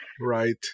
Right